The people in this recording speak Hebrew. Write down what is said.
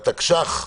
שבתקש"ח